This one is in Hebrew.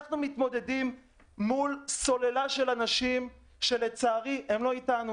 אנחנו מתמודדים מול סוללה של אנשים שלצערי הם לא אתנו.